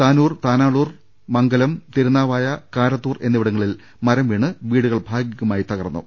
Tanur Tanalur Mangalam Thirunavaya Karathur എന്നിവിടങ്ങളിൽ മരംവീണ് വീടുകൾ ഭാഗികമായി തകർന്നു